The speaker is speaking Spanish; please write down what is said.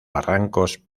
barrancos